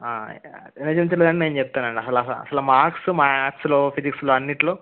ఏం విషయమండీ నేను చెప్తానండి అస అసలు మార్క్సు మాథ్స్లో ఫిజిక్స్లో అన్నింటిలో